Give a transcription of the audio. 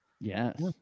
Yes